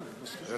מסכימה, בוודאי.